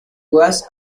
was